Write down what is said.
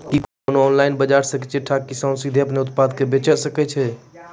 कि कोनो ऑनलाइन बजार छै जैठां किसान सीधे अपनो उत्पादो के बेची सकै छै?